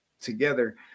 together